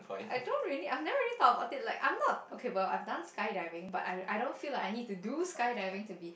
I don't really I never really talk about it like I'm not okay while I have done skydiving but I I don't feel like I need to do skydiving to be